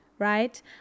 right